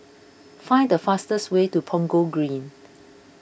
find the fastest way to Punggol Green